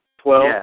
twelve